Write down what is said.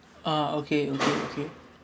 ah okay okay